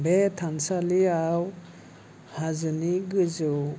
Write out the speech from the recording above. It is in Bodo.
बे थानसालियाव हाजोनि गोजौ